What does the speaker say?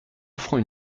offrant